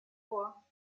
vor